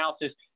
analysis